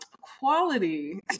quality